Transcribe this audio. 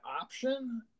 option